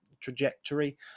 trajectory